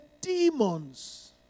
demons